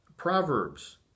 Proverbs